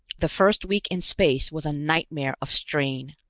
the first week in space was a nightmare of strain.